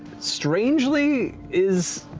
strangely, is